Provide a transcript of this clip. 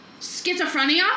schizophrenia